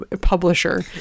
Publisher